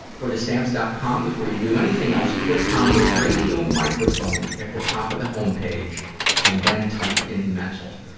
go to stamps. com before you do anything else. click on the radio microphone at the top of the homepage and then type in mental.